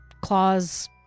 claws